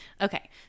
Okay